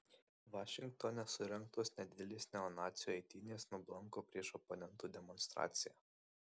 vašingtone surengtos nedidelės neonacių eitynės nublanko prieš oponentų demonstraciją